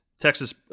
Texas